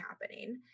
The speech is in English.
happening